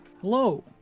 Hello